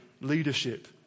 leadership